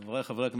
חבריי חברי הכנסת,